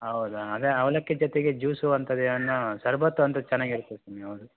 ಹೌದ ಅದೇ ಅವಲಕ್ಕಿ ಜೊತೆಗೆ ಜ್ಯೂಸು ಅಂಥದ್ದೆ ಏನೋ ಶರ್ಬತ್ತು ಅಂಥದ್ದು ಚೆನ್ನಾಗಿ ಇರುತ್ತೆ ಸ್ವಾಮಿ ಹೌದು